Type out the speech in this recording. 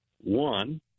One